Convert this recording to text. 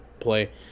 Play